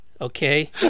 okay